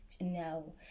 no